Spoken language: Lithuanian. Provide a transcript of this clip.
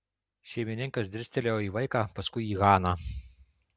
šeimininkas dirstelėjo į vaiką paskui į haną